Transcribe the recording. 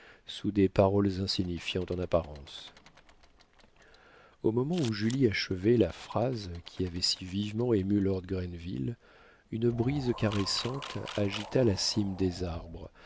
sous des paroles insignifiantes en apparence au moment où julie achevait la phrase qui avait si vivement ému lord grenville une brise caressante agita la cime des arbres